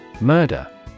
Murder